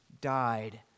died